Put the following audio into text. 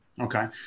Okay